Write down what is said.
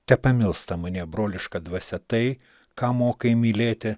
tepamilsta mane broliška dvasia tai ką mokai mylėti